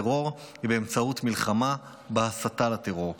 הדרך היחידה לבלום את הטרור היא באמצעות מלחמה בהסתה לטרור.